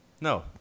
No